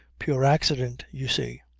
pure accident, you see.